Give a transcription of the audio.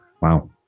Wow